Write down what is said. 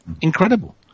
incredible